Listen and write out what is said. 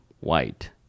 white